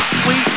sweet